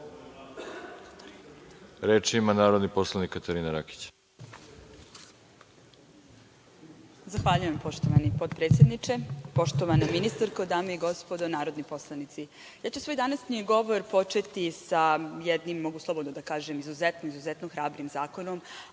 Katarina Rakić. **Katarina Rakić** Zahvaljujem, poštovani potpredsedniče. Poštovana ministarko, dame i gospodo narodni poslanici, ja ću svoj današnji govor početi sa jednim, mogu slobodno da kažem, izuzetno, izuzetno hrabrim zakonom,